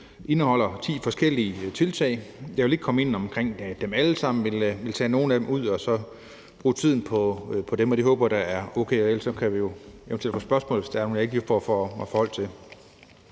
som indeholder ti forskellige tiltag. Jeg vil ikke komme ind på dem alle sammen, men vil tage nogle af dem ud og så bruge tiden på dem. Det håber jeg da er okay, og ellers kan man stille mig spørgsmål, hvis der er noget, jeg ikke lige får forholdt